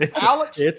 Alex